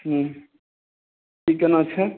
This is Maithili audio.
नहि ई केना छै